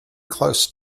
close